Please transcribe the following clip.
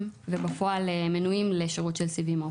ובפועל מנויים לשירות של סיבים אופטיים.